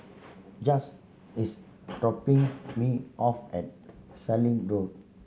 Jett's is dropping me off at Sallim Road